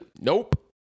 nope